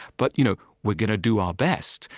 but you know we're going to do our best,